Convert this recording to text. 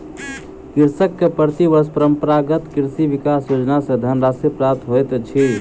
कृषक के प्रति वर्ष परंपरागत कृषि विकास योजना सॅ धनराशि प्राप्त होइत अछि